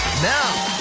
now,